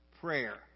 Prayer